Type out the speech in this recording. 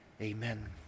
Amen